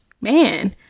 man